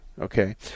Okay